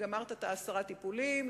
גמרת את העשרה טיפולים,